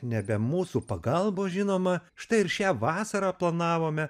nebe mūsų pagalbos žinoma štai ir šią vasarą planavome